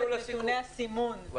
גם את נתוני הסימון של מה שהם כבר עשו.